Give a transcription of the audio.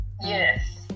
Yes